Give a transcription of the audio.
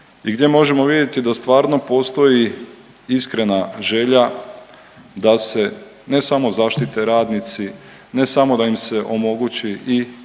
i gdje možemo vidjeti da stvarno postoji iskrena želja da se, ne samo zaštite radnici, ne samo da im se omogući da